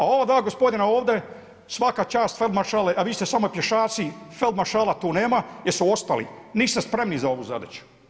A ova dva gospodina ovdje, svaka čast feldmaršale a vi ste samo pješaci feldmaršala tu nema jesu ostali, niste spremni za ovu zadaću.